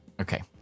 Okay